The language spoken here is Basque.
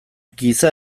giza